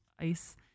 ice